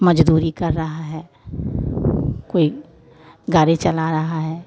मजदूरी कर रहा है कोई गाड़ी चला रहा है